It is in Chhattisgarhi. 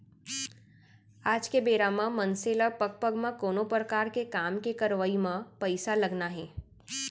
आज के बेरा म मनसे ल पग पग म कोनो परकार के काम के करवई म पइसा लगना हे